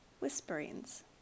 whisperings